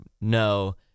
no